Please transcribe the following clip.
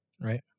right